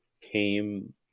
came